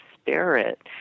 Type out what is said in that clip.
spirit